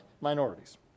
minorities